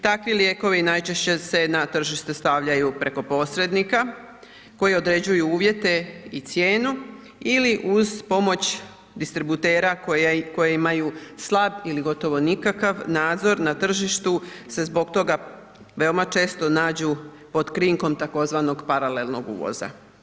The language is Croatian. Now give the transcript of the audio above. Takvi lijekovi najčešće se na tržište stavljaju preko posrednika koji određuju uvjete i cijenu ili uz pomoć distributera koji imaju slab ili gotovo nikakav nadzor, na tržištu se zbog toga veoma često nađu pod krinkom tzv. paralelnog uvoza.